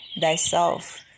thyself